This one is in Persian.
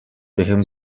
بهم